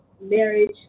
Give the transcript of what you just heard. marriage